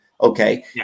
okay